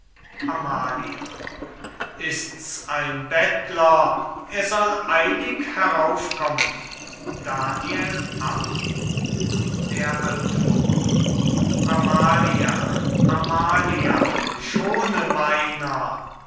amalia ist's ein bettler er soll eilig herauf kommen daniel ab d a moor amalia amalia schone meiner